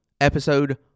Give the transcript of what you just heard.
episode